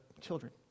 children